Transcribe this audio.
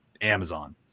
amazon